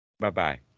Bye-bye